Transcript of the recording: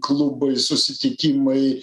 klubai susitikimai